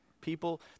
People